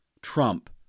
trump